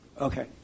Okay